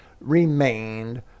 remained